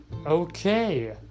Okay